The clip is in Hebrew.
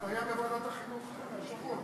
זה היה בוועדת החינוך השבוע.